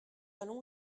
allons